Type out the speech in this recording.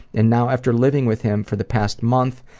and now after living with him for the past month,